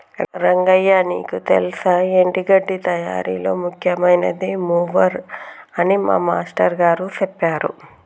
రంగయ్య నీకు తెల్సా ఎండి గడ్డి తయారీలో ముఖ్యమైనది మూవర్ అని మా మాష్టారు గారు సెప్పారు